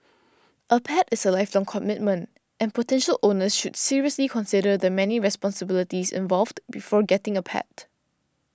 a pet is a lifelong commitment and potential owners should seriously consider the many responsibilities involved before getting a pet